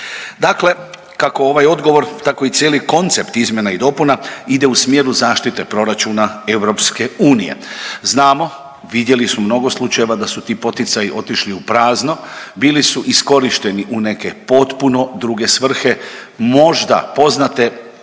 Dakle, kako ovaj odgovor tako i cijeli koncept izmjena i dopuna ide u smjeru zaštita proračuna EU. Znamo, vidjeli smo u mnogo slučajeva da su ti poticaji otišli u prazno, bilo su iskorišteni u neke potpuno druge svrhe možda poznate